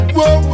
Whoa